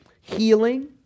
healing